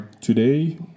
today